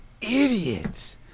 idiot